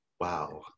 wow